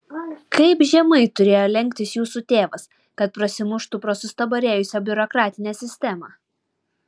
kaip žemai turėjo lenktis jūsų tėvas kad prasimuštų pro sustabarėjusią biurokratinę sistemą